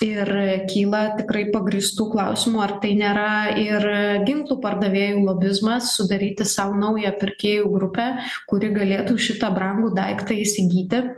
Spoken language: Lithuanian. ir kyla tikrai pagrįstų klausimų ar tai nėra ir ginklų pardavėjų lobizmas sudaryti sau naują pirkėjų grupę kuri galėtų šitą brangų daiktą įsigyti